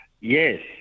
Yes